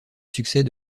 succès